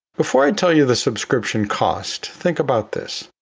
before i tell you the subscription cost, think about this.